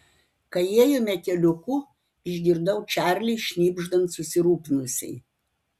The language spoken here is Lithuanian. kai ėjome keliuku išgirdau čarlį šnibždant susirūpinusiai